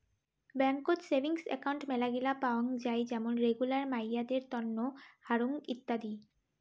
বেংকত savings account মেলাগিলা পাওয়াং যাই যেমন রেগুলার, মাইয়াদের তন্ন, হারং ইত্যাদি